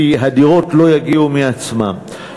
כי הדירות לא יגיעו מעצמן.